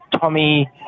Tommy